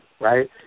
right